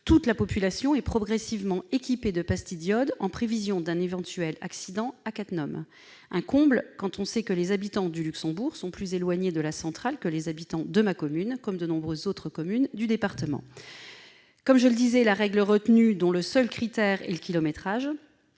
toute la population est progressivement dotée de pastilles d'iode en prévision d'un éventuel accident à Cattenom : un comble quand on sait que les habitants du Luxembourg sont plus éloignés de la centrale que ceux de ma commune et de nombreuses autres communes de mon département ! Comme je le disais, la règle retenue, qui repose sur le seul kilométrage,